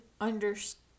understand